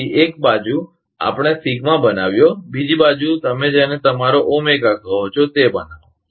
તેથી એક બાજુ આપણે સિગ્મા બનાવ્યો બીજી બાજુ તમે જેને તમારો ઓમેગા કહો છો તે બનાવો